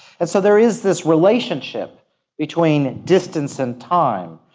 and so there is this relationship between distance and time.